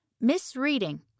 misreading